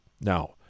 Now